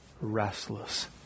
restless